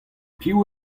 piv